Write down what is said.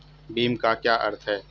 भीम का क्या अर्थ है?